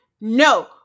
no